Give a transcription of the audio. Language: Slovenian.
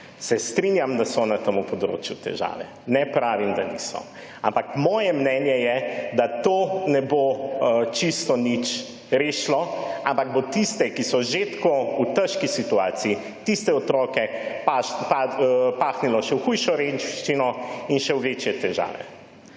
Se strinjam, da so na tem področju težave, ne pravim, da niso. Ampak moje mnenje je, da to ne bo čisto nič rešilo, ampak bo tiste, ki so že tako v težki situaciji, tiste otroke pahnilo še v hujšo revščino in še v večje težave.